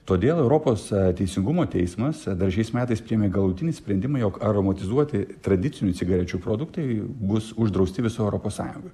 todėl europos teisingumo teismas dar šiais metais priėmė galutinį sprendimą jog aromatizuoti tradicinių cigarečių produktai bus uždrausti visoj europos sąjungoj